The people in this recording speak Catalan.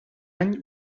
any